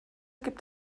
gibt